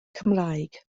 cymraeg